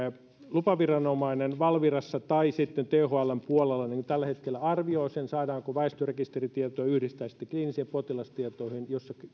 lupaviranomainen valvirassa tai thln puolella tällä hetkellä arvioi sen saadaanko väestörekisteritietoa yhdistää kliinisiin potilastietoihin ja tässä